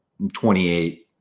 28